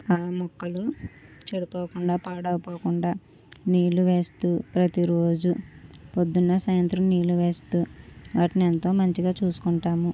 ఆ మొక్కలు చెడి పోకుండా పాడవకుండా నీళ్లు వేస్తూ ప్రతి రోజు పొద్దున్న సాయంత్రం నీళ్లు వేస్తూ వాటిని ఎంతో మంచిగా చూసుకుంటాము